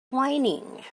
whining